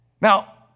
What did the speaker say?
Now